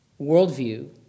worldview